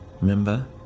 remember